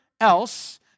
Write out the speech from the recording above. else